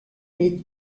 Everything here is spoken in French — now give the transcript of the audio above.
mais